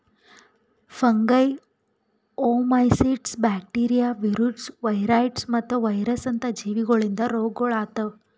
fungi, oomycetes, bacteria, virus, viroids ಮತ್ತ virus ಅಂತ ಜೀವಿಗೊಳಿಂದ್ ರೋಗಗೊಳ್ ಆತವ್